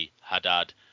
Haddad